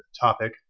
topic